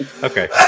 Okay